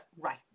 right